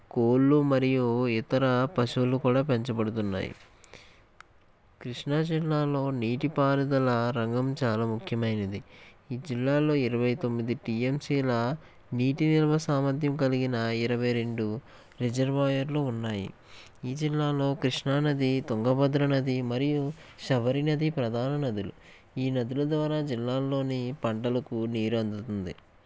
కోళ్ళు మరియు ఇతర పశువులు కూడా పెంచబడుతున్నాయి కృష్ణా జిల్లాలో నీటిపారుదల రంగం చాలా ముఖ్యమైనది ఈ జిల్లాలో ఇరవై తొమ్మిది టీఎంసీల నీటి నిల్వ సామర్థ్యం కలిగిన ఇరవై రెండు రిజర్వాయర్లు ఉన్నాయి ఈ జిల్లాలో కృష్ణా నది తుంగభద్రా నది మరియు శబరినది ప్రధాన నదులు ఈ నదుల ద్వారా జిల్లాల్లోని పంటలకు నీరు అందుతుంది